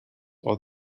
are